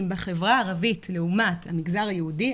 בחברה הערבית לעומת המגזר היהודי,